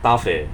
tough eh